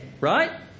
right